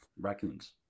Raccoons